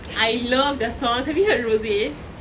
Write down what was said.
I love their songs have you heard rose